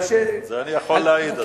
על זה אני יכול להעיד.